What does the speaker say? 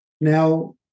Now